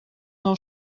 nou